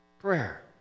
prayer